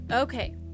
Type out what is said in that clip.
Okay